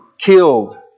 killed